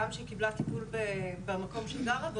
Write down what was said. גם שהיא קיבלה טיפול במקום שהיא גרה בו,